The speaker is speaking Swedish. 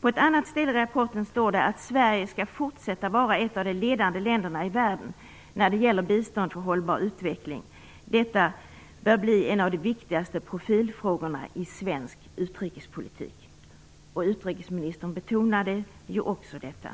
På ett annat ställe i rapporten står det: "Sverige skall fortsätta att vara ett av de ledande länderna i världen när det gäller bistånd för hållbar utveckling. Detta bör bli en av de viktigaste profilfrågorna i svensk utrikespolitik." Utrikesministern betonade också detta.